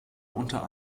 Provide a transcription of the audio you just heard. unter